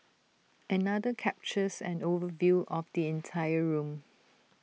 another captures an overview of the entire room